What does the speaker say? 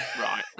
Right